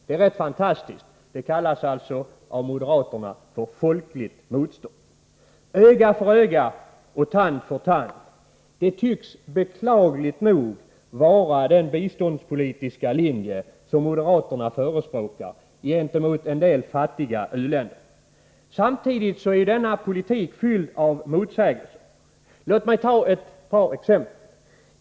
Det är rätt fantastiskt att detta av moderaterna kallas för folkligt motstånd. Öga för öga, och tand för tand tycks beklagligt nog vara den biståndspoli tiska linje som moderaterna förespråker gentemot en del fattiga u-länder. Samtidigt är denna politik fylld av motsägelser. Låt mig ta ett par exempel.